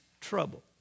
trouble